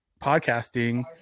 podcasting